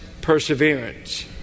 perseverance